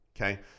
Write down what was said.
okay